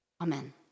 Amen